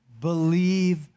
believe